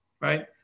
right